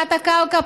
תת-הקרקע,